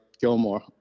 Gilmore